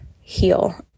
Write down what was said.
heal